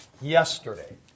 yesterday